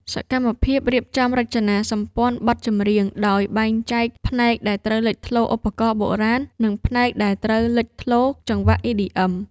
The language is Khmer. សកម្មភាពរៀបចំរចនាសម្ព័ន្ធបទចម្រៀង ដោយបែងចែកផ្នែកដែលត្រូវលេចធ្លោឧបករណ៍បុរាណ និងផ្នែកដែលត្រូវលេចធ្លោចង្វាក់ EDM។